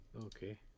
Okay